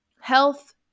health